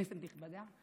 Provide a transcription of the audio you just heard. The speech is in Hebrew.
כנסת נכבדה,